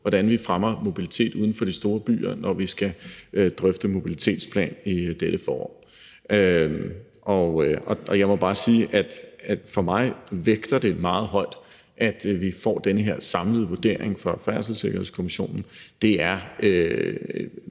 hvordan vi fremmer mobilitet uden for de store byer, når vi skal drøfte mobilitetsplan i dette forår. Jeg må bare sige, at for mig vægter det meget højt, at vi får den her samlede vurdering fra Færdselssikkerhedskommissionen, det er